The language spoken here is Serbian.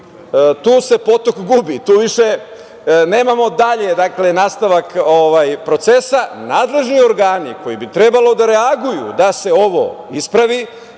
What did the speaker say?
tu se potok gubi, tu više nemamo dalje nastavak procesa. Nadležni organi koji bi trebalo da reaguju da se ovo ispravi